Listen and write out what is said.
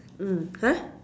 mm !huh!